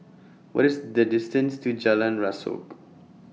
What IS The distance to Jalan Rasok